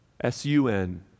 S-U-N